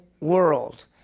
world